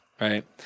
Right